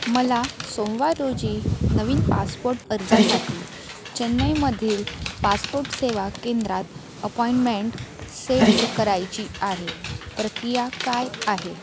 मला सोमवार रोजी नवीन पासपोर्ट अर्जासाठी चेन्नईमधील पासपोर्ट सेवा केंद्रात अपॉइंटमेंट सेट करायची आहे प्रक्रिया काय आहे